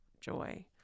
joy